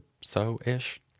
so-ish